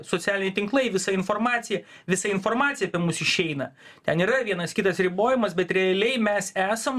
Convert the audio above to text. socialiniai tinklai visa informacija visa informacija apie mus išeina ten yra vienas kitas ribojimas bet realiai mes esam